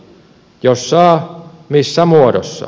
jos saa missä muodossa